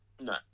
No